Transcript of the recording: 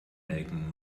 melken